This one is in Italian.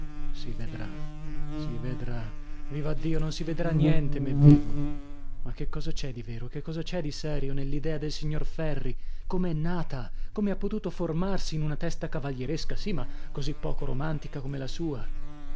si vedrà si vedrà vivaddio non si vedrà niente me vivo ma che cosa c'è di vero che cosa c'è di serio nell'idea del signor ferri com'è nata come ha potuto formarsi in una testa cavalieresca sì ma così poco romantica come la sua